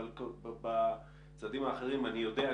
אבל בצדדים האחרים אני יודע,